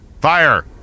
Fire